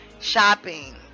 shopping